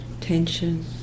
tension